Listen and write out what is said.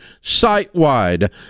site-wide